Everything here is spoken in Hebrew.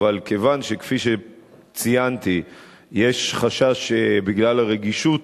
אבל כיוון שכפי שציינתי יש חשש שבגלל הרגישות